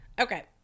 okay